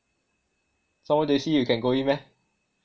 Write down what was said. some more J_C you can go in meh